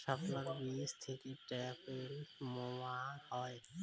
শাপলার বীজ থেকে ঢ্যাপের মোয়া হয়?